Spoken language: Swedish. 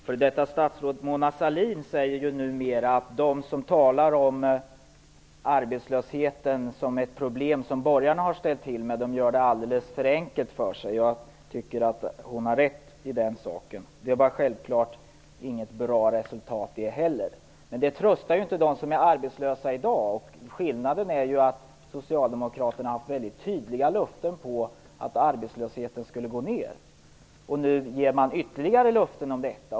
Herr talman! Före detta statsrådet Mona Sahlin säger numera att de som talar om arbetslösheten som ett problem som borgarna ställt till med gör det alldeles för enkelt för sig. Jag tycker att hon har rätt i det. Det var självklart inget bra resultat perioden 1991-1994 heller, men det tröstar ju inte dem som är arbetslösa i dag. Skillnaden är att Socialdemokraterna har gått ut med väldigt tydliga löften om att arbetslösheten skulle gå ned. Nu ger man ytterligare löften om detta.